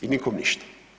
I nikom ništa.